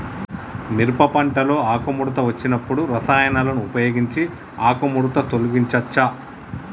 మిరప పంటలో ఆకుముడత వచ్చినప్పుడు రసాయనాలను ఉపయోగించి ఆకుముడత తొలగించచ్చా?